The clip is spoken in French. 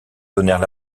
donnèrent